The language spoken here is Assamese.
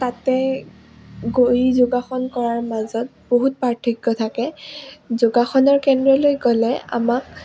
তাতে গৈ যোগাসন কৰাৰ মাজত বহুত পাৰ্থক্য থাকে যোগাসনৰ কেন্দ্ৰলৈ গ'লে আমাক